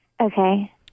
Okay